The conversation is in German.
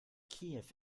kiew